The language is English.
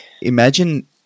imagine